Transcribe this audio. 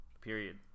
period